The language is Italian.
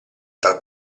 dal